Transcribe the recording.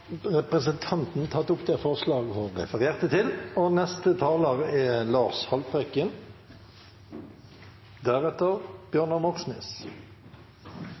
tatt opp det forslaget hun refererte til. Norge og